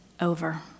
over